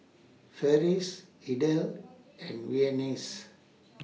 Ferris Idell and